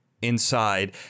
inside